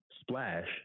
splash